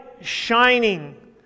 shining